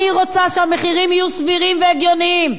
אני רוצה שהמחירים יהיו סבירים והגיוניים.